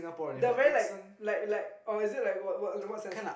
the very like like like or is it like what what sense